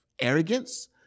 arrogance